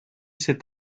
cet